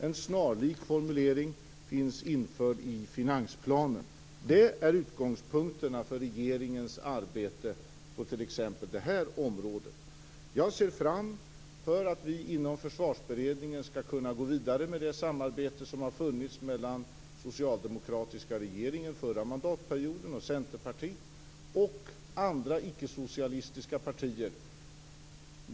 En snarlik formulering finns införd i finansplanen. Det är utgångspunkterna för regeringens arbete på t.ex. det området. Jag ser att vi inom Försvarsberedningen skall kunna gå vidare med det samarbete som har funnits mellan socialdemokratiska regeringen förra mandatperioden och Centerpartiet och andra ickesocialistiska partier.